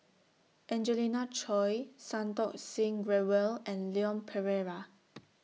Angelina Choy Santokh Singh Grewal and Leon Perera